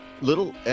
little